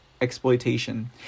Exploitation